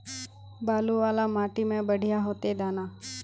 बालू वाला माटी में बढ़िया होते दाना?